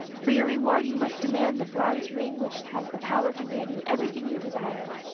for your reward you must demand the bronze ring which has the power to grant you everything you desire.